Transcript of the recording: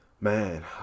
man